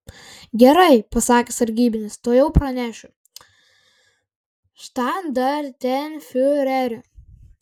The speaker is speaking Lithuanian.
gerai pasakė sargybinis tuojau pranešiu štandartenfiureri